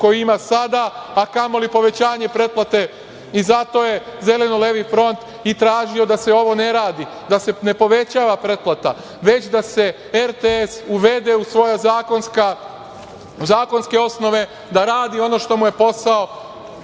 koju ima sada, a kamoli povećanje pretplate i zato je Zeleno levi front i tražio da se ovo ne radi, da se ne povećava pretplata, već da se RTS uvede u svoje zakonske osnove, da radi ono što mu je posao